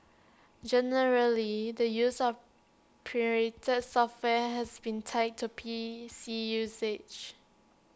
generally the use of pirated software has been tied to P C usage